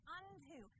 unto